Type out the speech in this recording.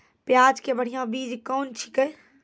प्याज के बढ़िया बीज कौन छिकै?